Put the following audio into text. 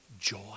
joy